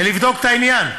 ולבדוק את העניין,